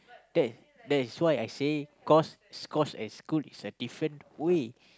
then that is why I say cause scorch and school is a different way